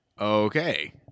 Okay